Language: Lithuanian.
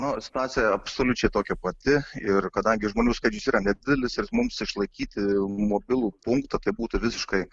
nu situacija absoliučiai tokia pati ir kadangi žmonių skaičius yra nedidelis ir mums išlaikyti mobilų punktą tai būtų visiškai